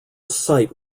site